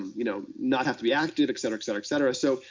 you know not have to be active, etcetera, etcetera, etcetera. so,